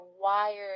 wired